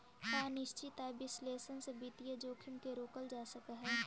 का निश्चित आय विश्लेषण से वित्तीय जोखिम के रोकल जा सकऽ हइ?